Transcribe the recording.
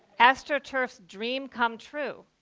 astroturf's dream come true.